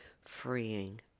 freeing